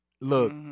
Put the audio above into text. Look